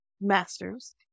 masters